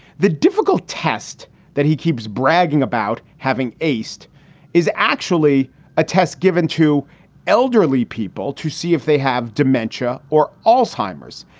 the difficult test that he keeps bragging about having aced is actually a test given to elderly people to see if they have dementia or also heimer's.